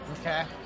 Okay